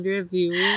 Review